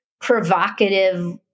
provocative